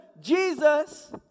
Jesus